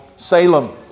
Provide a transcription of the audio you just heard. Salem